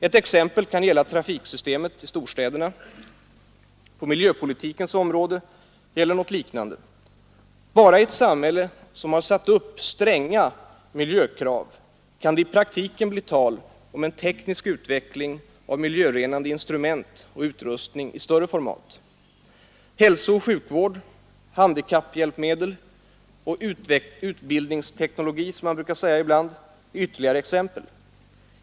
Ett exempel kan gälla trafiksystemet i storstäderna; på miljöpolitikens område gäller något liknande. Bara i ett samhälle som har satt upp stränga miljökrav kan det i praktiken bli tal om en teknisk utveckling av miljörenande instrument och utrustning i större format. Hälsooch sjukvård, handikapphjälpmedel och utbildningsteknologi, som man brukar säga ibland, är ytterligare exempel.